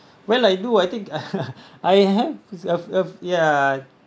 well I do I think I have have have ya